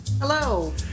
Hello